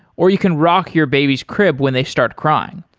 or you can rock your baby's crib when they start crying.